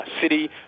city